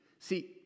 See